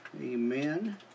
Amen